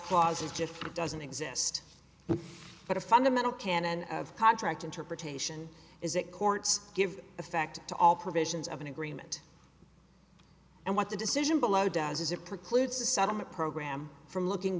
clause is just doesn't exist but a fundamental canon of contract interpretation is that courts give effect to all provisions of an agreement and what the decision below does is it precludes the settlement program from looking